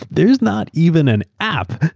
there's not even an app.